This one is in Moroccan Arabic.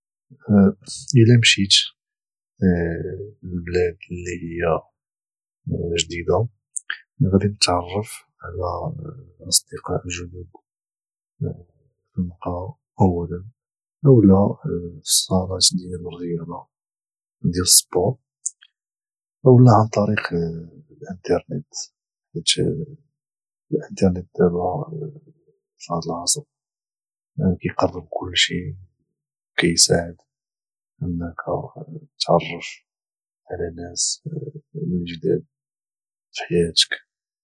الى مشيت البلاد اللي هي جديده غادي نتعرف على اصدقاء جدد المقهى اولا في الصالاة ديال الرياضه ديال السبور اولا عن طريق الانترنت حيت الانترنت دبا في هاد العصر كيقرب كلشي وكيساعدك انك تعرف على ناس اللي جداد في حياتك